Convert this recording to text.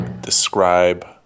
describe